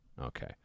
Okay